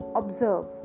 observe